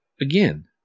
Again